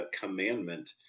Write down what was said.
commandment